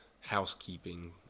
housekeeping